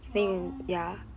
oh